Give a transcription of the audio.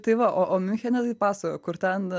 tai va o o miunchene taip pasakojo kur ten